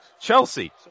Chelsea